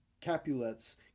Capulets